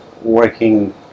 working